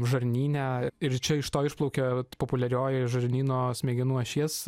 žarnyne ir čia iš to išplaukia populiarioji žarnyno smegenų ašies